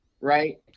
right